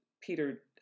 Peter